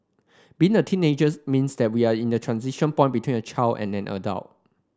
being a teenager means that we're at a transition point between a child and an adult